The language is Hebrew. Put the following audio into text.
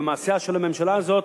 במעשיה של הממשלה הזאת,